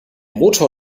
motor